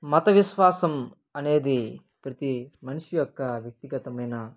మతవిశ్వాసం అనేది ప్రతి మనిషి యొక్క వ్యక్తిగతమైన